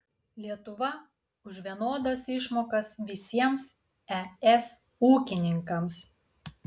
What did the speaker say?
lietuva už vienodas išmokas visiems es ūkininkams